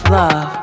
love